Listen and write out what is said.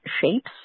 shapes